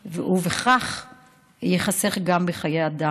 ובכך ייחסכו גם חיי אדם.